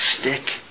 stick